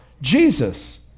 Jesus